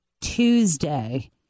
Tuesday